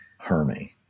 Hermy